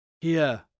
Here